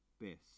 best